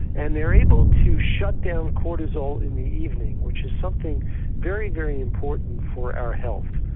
and they are able to shut down cortisol in the evening, which is something very, very important for our health.